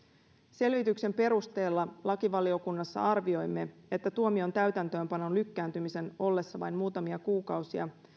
selvityksen perusteella lakivaliokunnassa arvioimme että tuomion täytäntöönpanon lykkääntymisen ollessa vain muutamia kuukausia